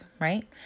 Right